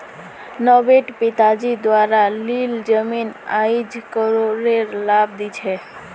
नब्बेट पिताजी द्वारा लील जमीन आईज करोडेर लाभ दी छ